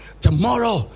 tomorrow